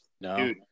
No